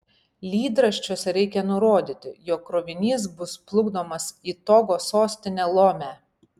lydraščiuose reikią nurodyti jog krovinys bus plukdomas į togo sostinę lomę